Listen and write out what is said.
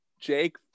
Jake